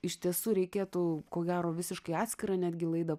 iš tiesų reikėtų ko gero visiškai atskirą netgi laidą